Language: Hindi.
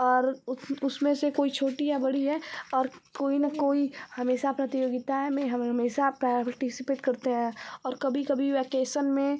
और उस उसमें से कोई छोटी या बड़ी है और कोई न कोई हमेशा प्रतियोगिताएँ में हमें हमेशा प्रार्टिसिपेट करते है और कभी कभी वैकेसन में